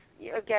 again